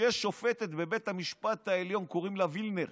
שיש שופטת בבית המשפט העליון שקוראים לה וילנר